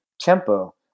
tempo